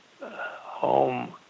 home